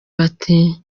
bati